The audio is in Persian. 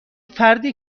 فردی